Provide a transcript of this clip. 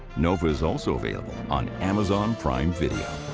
nova is also available on amazon prime video.